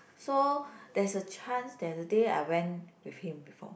so there's a chance there's a day I went with him before